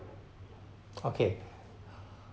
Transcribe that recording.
okay